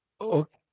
Okay